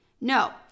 No